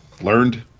learned